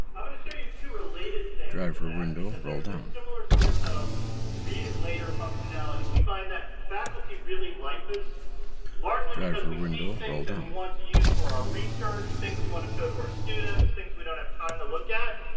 going to show you two related things to that because there are similar sorts of read it later functionality. we find that faculty really like this largely because we see things we want to use for our research, things we want to show to our students, things we don't have time to look at.